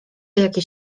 jakieś